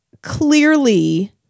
Clearly